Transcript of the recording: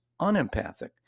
unempathic